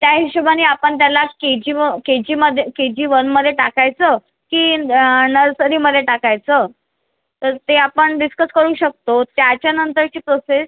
त्या हिशोबाने आपण त्याला के जी व के जीमध्ये के जी वनमध्ये टाकायचं की नर्सरीमधे टाकायचं तर ते आपण डिस्कस करू शकतो त्याच्यानंतरची प्रोसेस